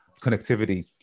connectivity